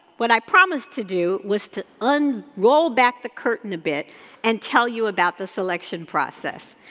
what i promised to do was to unrollback the curtain a bit and tell you about the selection process,